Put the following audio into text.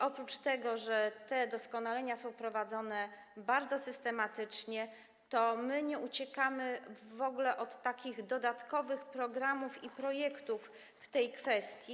Oprócz tego, że te doskonalenia są prowadzone bardzo systematycznie, my nie uciekamy w ogóle od takich dodatkowych programów i projektów w tej kwestii.